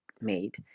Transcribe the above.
made